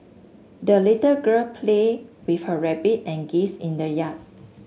the little girl played with her rabbit and geese in the yard